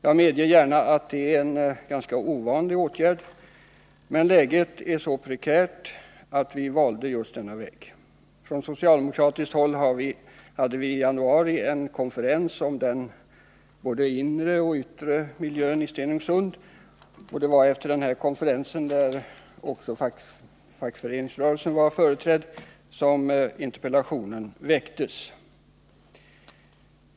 Jag medger gärna att det är en ganska ovanlig åtgärd, men läget är så prekärt att vi valde denna väg. Från socialdemokratiskt håll hade vii januarii år en konferens om den yttre och inre miljön i Stenungsund. Det var efter den konferensen, där också fackföreningsrörelsen var företrädd, som interpellationen framställdes.